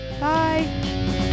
Bye